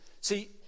See